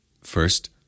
First